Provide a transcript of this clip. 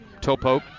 Topo